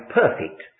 perfect